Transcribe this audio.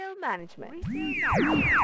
management